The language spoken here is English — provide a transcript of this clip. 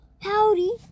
Howdy